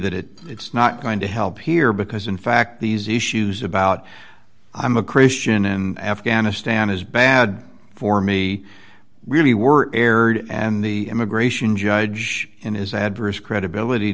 that it's not going to help here because in fact these issues about i'm a christian and afghanistan is bad for me really were aired and the immigration judge and his adverse credibility